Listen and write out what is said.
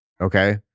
Okay